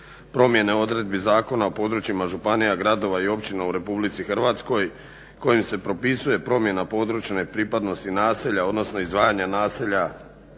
promjene odredbi Zakona o područjima županija, gradova i općina u RH kojim se propisuje promjena područne pripadnosti naselja odnosno izdvajanje naselja